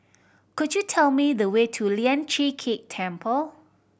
could you tell me the way to Lian Chee Kek Temple